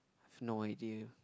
I have no idea